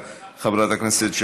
חבר הכנסת עפר שלח,